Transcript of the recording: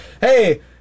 hey